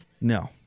No